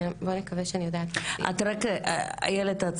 איילת,